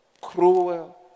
cruel